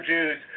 Jews